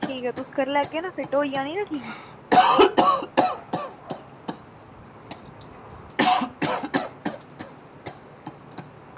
ठीक ऐ तुस करी लैगे ना फिट होई जानी निं ठीक